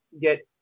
get